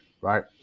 right